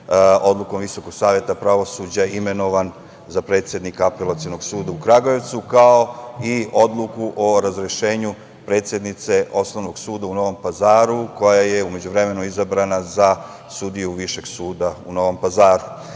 odlukom VSS imenovan za predsednika Apelacionog suda u Kragujevcu, kao i odluku o razrešenju predsednice Osnovnog suda u Novom Pazaru koja je u međuvremenu izabrana za sudiju Višeg suda u Novom Pazaru. Član